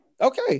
Okay